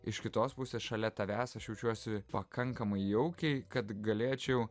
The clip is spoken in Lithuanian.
iš kitos pusės šalia tavęs aš jaučiuosi pakankamai jaukiai kad galėčiau